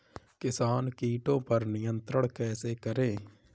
किसान कीटो पर नियंत्रण कैसे करें?